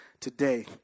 today